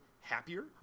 happier